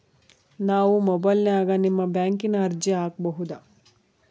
ನಾವು ಮೊಬೈಲಿನ್ಯಾಗ ನಿಮ್ಮ ಬ್ಯಾಂಕಿನ ಅರ್ಜಿ ಹಾಕೊಬಹುದಾ?